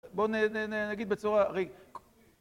בואו נגיד בצורה...